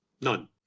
none